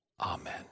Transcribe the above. Amen